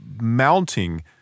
mounting